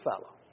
fellow